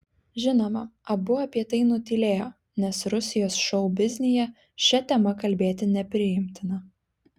žinoma abu apie tai nutylėjo nes rusijos šou biznyje šia tema kalbėti nepriimtina